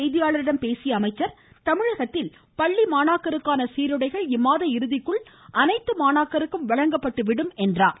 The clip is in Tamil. செய்தியாளர்களிடம் பேசிய முன்னதாக அவர் தமிழகத்தில் பள்ளி மாணாக்கருக்கான சீருடைகள் இம்மாத இறுதிக்குள் அனைத்து மாணாக்கருக்கும் வழங்கப்பட்டு விடும் என்றார்